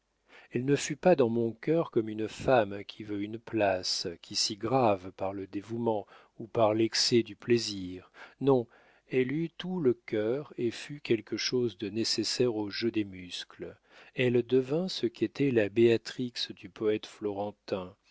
elle ne fut pas dans mon cœur comme une femme qui veut une place qui s'y grave par le dévouement ou par l'excès du plaisir non elle eut tout le cœur et fut quelque chose de nécessaire au jeu des muscles elle devint ce qu'était la béatrix du poète florentin